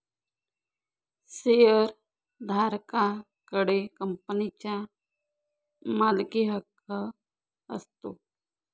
शेअरधारका कडे कंपनीचा मालकीहक्क असतो